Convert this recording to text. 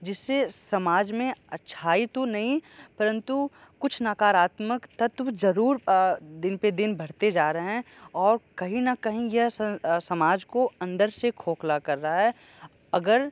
जिससे समाज में अच्छाई तो नहीं परंतु कुछ नकारात्मक तत्व ज़रूर दिन पर दिन बढ़ते जा रहे हैं और कहीं न कहीं यह समाज को अंदर से खोखला कर रहा है अगर